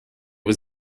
was